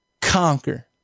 conquer